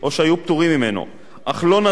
אך לא נטלו את רשיון קו השירות ולא